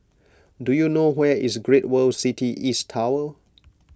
do you know where is Great World City East Tower